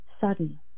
sudden